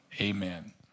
amen